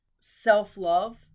self-love